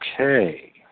Okay